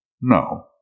No